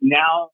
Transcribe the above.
now